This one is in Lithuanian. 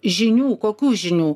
žinių kokių žinių